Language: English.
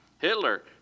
Hitler